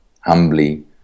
humbly